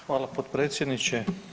Hvala potpredsjedniče.